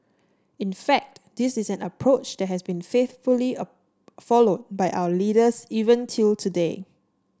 in fact this is an approach that has been faithfully followed by our leaders even till today